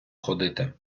ходити